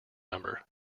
number